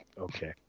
Okay